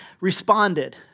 responded